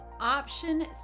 Option